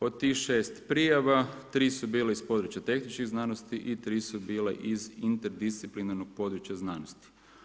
Od tih 6 prijava 3 su bile iz područja tehničkih znanosti i 3 su bile iz interdisciplinarnog područja znanosti.